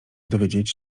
dowiedzieć